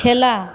খেলা